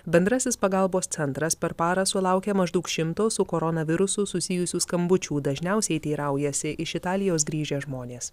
bendrasis pagalbos centras per parą sulaukė maždaug šimto su koronavirusu susijusių skambučių dažniausiai teiraujasi iš italijos grįžę žmonės